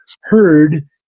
heard